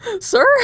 Sir